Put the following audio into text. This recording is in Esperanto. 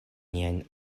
niajn